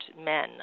men